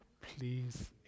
please